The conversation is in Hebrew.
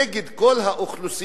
נגד כל האוכלוסיות,